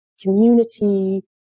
community